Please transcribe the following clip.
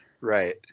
Right